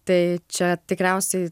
tai čia tikriausiai